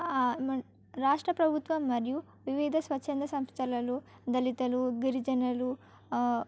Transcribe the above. రాష్ట్ర ప్రభుత్వం మరియు వివిధ స్వఛంద సంస్థలలో దళితులు గిరిజనలు